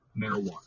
marijuana